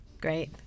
Great